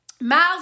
miles